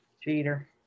Cheater